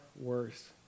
worse